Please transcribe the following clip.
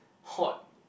hot